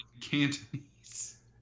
Cantonese